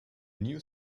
new